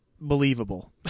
believable